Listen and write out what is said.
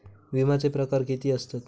विमाचे प्रकार किती असतत?